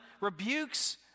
rebukes